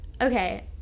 okay